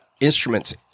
instruments